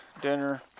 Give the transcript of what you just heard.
dinner